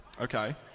Okay